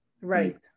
right